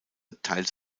teils